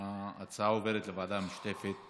ההצעה להעביר את הנושא לוועדה המשותפת